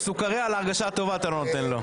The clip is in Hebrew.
אתה רוצה לנמק?